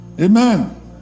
Amen